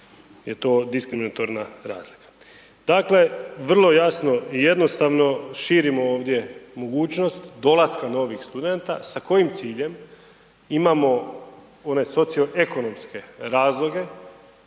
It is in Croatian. je to diskriminatorna razlika. Dakle, vrlo jasno i jednostavno širimo ovdje mogućnost dolaska novih studenta sa kojim ciljem, imamo onaj socioekonomske razloge